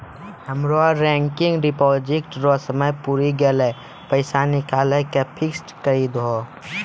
हमरो recurring deposit रो समय पुरी गेलै पैसा निकालि के फिक्स्ड करी दहो